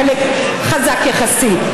וחלק חזק יחסית,